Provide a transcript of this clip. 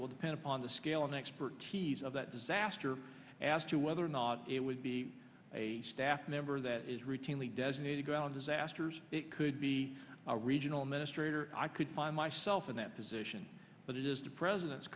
it will depend upon the scale and expertise of that disaster ask you whether or not it would be a staff member that is routinely designated ground disasters it could be a regional ministry or i could find myself in that position but it is the president's